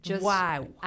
Wow